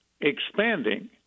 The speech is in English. expanding